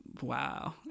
wow